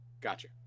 Gotcha